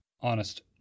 honest